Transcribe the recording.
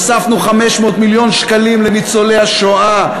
הוספנו 500 מיליון שקלים לניצולי השואה.